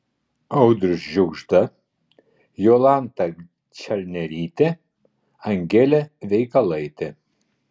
audrius žiugžda jolanta čalnerytė angelė veikalaitė